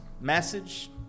message